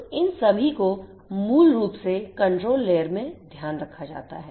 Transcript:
तो इन सभी को मूल रूप से control लेयर में ध्यान रखा जाता है